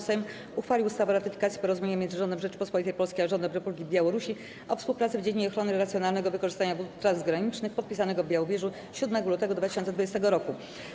Sejm uchwalił ustawę o ratyfikacji Porozumienia między Rządem Rzeczypospolitej Polskiej a Rządem Republiki Białorusi o współpracy w dziedzinie ochrony i racjonalnego wykorzystania wód transgranicznych, podpisanego w Białowieży dnia 7 lutego 2020 r.